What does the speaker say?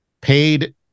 paid